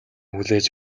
хүлээж